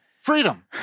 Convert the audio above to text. Freedom